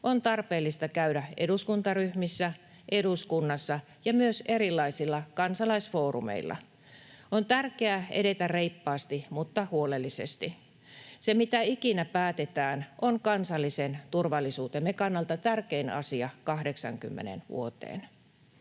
on tarpeellista käydä eduskuntaryhmissä, eduskunnassa ja myös erilaisilla kansalaisfoorumeilla. On tärkeää edetä reippaasti mutta huolellisesti. Se, mitä ikinä päätetään, on kansallisen turvallisuutemme kannalta tärkein asia 80 vuoteen.